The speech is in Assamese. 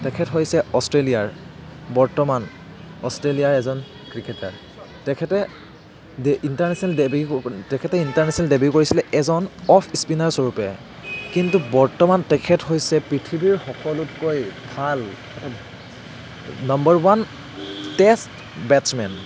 তেখেত হৈছে অষ্ট্ৰেলিয়াৰ বৰ্তমান অষ্ট্ৰেলিয়াৰ এজন ক্ৰিকেটাৰ তেখেতে ডে ইণ্টাৰনেচনেল ডেবি তেখেতে ইণ্টাৰনেচনেল ডেবিউ কৰিছিলে এজন অফ স্পীনাৰছ স্বৰূপে কিন্তু বৰ্তমান তেখেত হৈছে পৃথিৱীৰ সকলোতকৈ ভাল নম্বৰ ওৱান টেষ্ট বেটচমেন